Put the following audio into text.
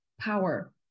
power